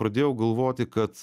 pradėjau galvoti kad